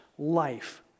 life